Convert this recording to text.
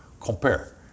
compare